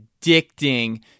addicting